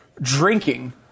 drinking